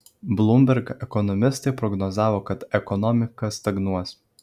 bloomberg ekonomistai prognozavo kad ekonomika stagnuos